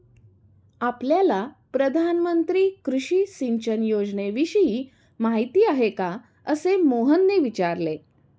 आपल्याला प्रधानमंत्री कृषी सिंचन योजनेविषयी माहिती आहे का? असे मोहनने विचारले